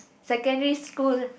secondary school